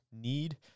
need